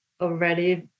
already